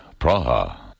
Praha